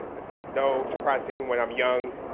that's no surprise to anyone. i'm young.